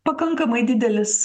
pakankamai didelis